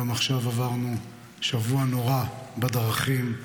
גם עכשיו עברנו שבוע נורא בדרכים.